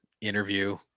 interview